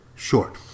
Short